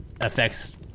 affects